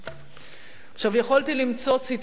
יכולתי למצוא ציטוטים, והרבה,